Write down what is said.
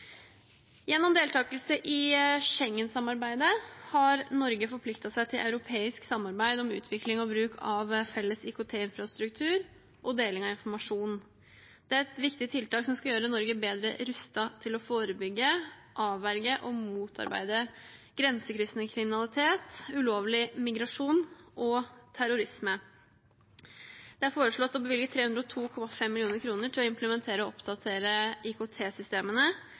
Gjennom deltakelse i Schengen-samarbeidet har Norge forpliktet seg til europeisk samarbeid om utvikling og bruk av felles IKT-infrastruktur og deling av informasjon. Det er et viktig tiltak som skal gjøre Norge bedre rustet til å forebygge, avverge og motarbeide grensekryssende kriminalitet, ulovlig migrasjon og terrorisme. Det er foreslått å bevilge 302,5 mill. kr til å implementere og oppdatere